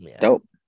Dope